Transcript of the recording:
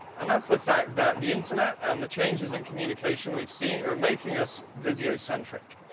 and that's the fact that the internet and the changes in communication we've seen are making us visiocentric.